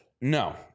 No